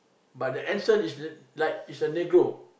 but the answer is the like it's a negro